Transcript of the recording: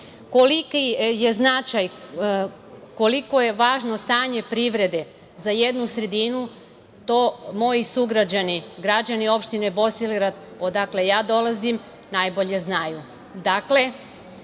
privatnom sektoru. Koliko je važno stanje privrede za jednu sredinu, to moji sugrađani, građani opštine Bosilegrad, odakle ja dolazim, najbolje znaju.